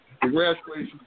Congratulations